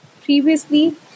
previously